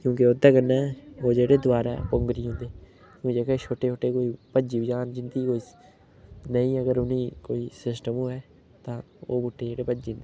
क्योंकि ओह्दे कन्नै ओह् जेह्ड़े दबारै पौंगरी जंदे जेह्के छोटे कोई भज्जी बी जान जिंदी कोई नेईं अगर उ'नेंगी कोई सिस्टम होऐ तां ओह् बूह्टे जेह्ड़े भज्जी जंदे